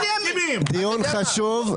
דיון חשוב,